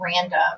random